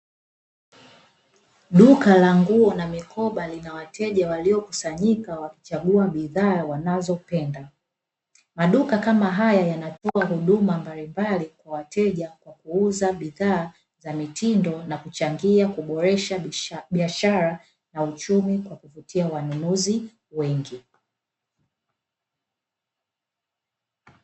Duka la nguo na mikoba lina wateja waliokusanyika wakichagua bidhaa wanazozipenda, maduka kama haya yanatoa huduma mbalimbali kwa wateja kwa kuuza bidhaa za mitindo na kuchangia kuboresha boashara na uchumi kwa kupitia wanunuzi wengi.